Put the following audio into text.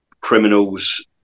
criminals